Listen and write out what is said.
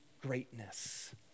greatness